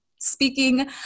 speaking